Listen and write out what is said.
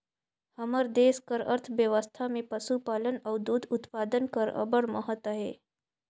हमर देस कर अर्थबेवस्था में पसुपालन अउ दूद उत्पादन कर अब्बड़ महत अहे